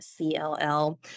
CLL